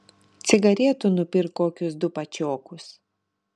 cigaretų nupirk kokius du pačiokus